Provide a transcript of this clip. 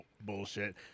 bullshit